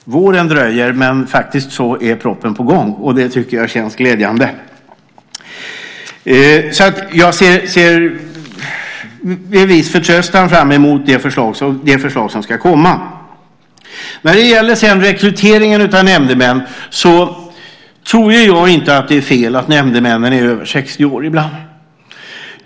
Våren dröjer, men propositionen är på gång, och det känns glädjande. Jag ser med viss förtröstan fram mot det förslag som ska komma. När det sedan gäller rekryteringen av nämndemän tror jag inte att det är fel att nämndemännen ibland är över 60 år.